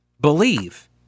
believe